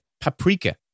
Paprika